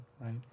right